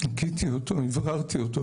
ניקיתי אותו, אווררתי אותו.